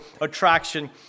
attraction